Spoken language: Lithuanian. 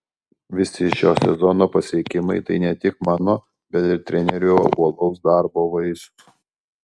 visi šio sezono pasiekimai tai ne tik mano bet ir trenerio uolaus darbo vaisius